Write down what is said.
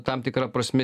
tam tikra prasme